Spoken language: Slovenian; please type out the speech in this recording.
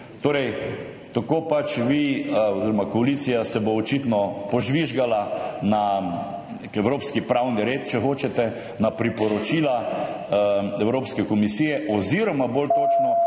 potrdil julija. Koalicija se bo očitno požvižgala na evropski pravni red, če hočete, na priporočila Evropske komisije oziroma bolj točno